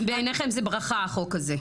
אז בעיניכם זו ברכה, החוק הזה.